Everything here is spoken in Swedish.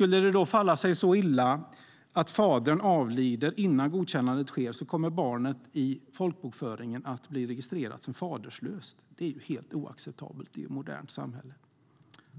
Om det då skulle falla sig så illa att fadern avlider innan godkännandet sker kommer barnet i folkbokföringen att bli registrerat som faderlöst. Det är helt oacceptabelt i ett modernt samhälle!